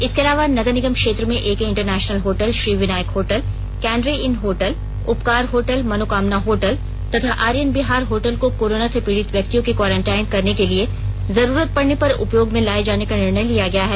इसके अलावा नगर निगम क्षेत्र के AK international hotel Shri Vinayak hotel Canary inn hotel Upkar hotel Manokamna hotel तथा आर्यन बिहार होटल को कोरोना से पीड़ित व्यक्तियों के क्वॉरेंटाइन करने के लिए जरूरत पड़ने पर उपयोग में लाए जाने का निर्णय लिया गया है